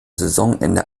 saisonende